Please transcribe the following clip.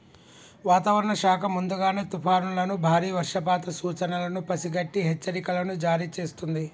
వాతావరణ శాఖ ముందుగానే తుఫానులను బారి వర్షపాత సూచనలను పసిగట్టి హెచ్చరికలను జారీ చేస్తుంది